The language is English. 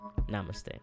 namaste